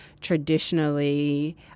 traditionally